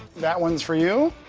that one's for you.